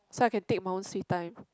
so I can take my own sweet time